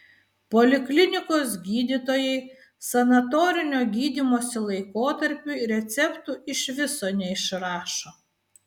poliklinikos gydytojai sanatorinio gydymosi laikotarpiui receptų iš viso neišrašo